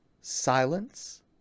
silence